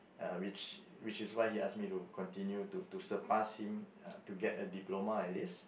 uh which which is why he asked me to continue to to surpass him uh to get a diploma at least